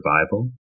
survival